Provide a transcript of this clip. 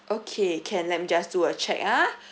okay can let me just do a check ah